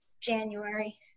January